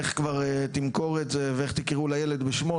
איך תמכור את זה ואיך תקראו לילד בשמו,